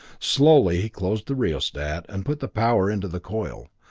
slowly he closed the rheostat and put the power into the coil.